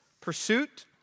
pursuit